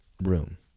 room